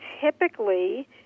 typically